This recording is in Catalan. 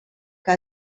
que